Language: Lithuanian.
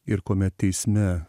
ir kuomet teisme